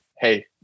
Hey